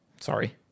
sorry